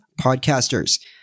podcasters